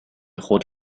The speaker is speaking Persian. خود